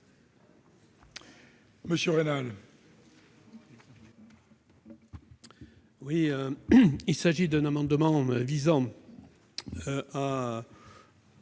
Monsieur Raynal,